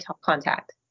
contact